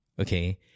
Okay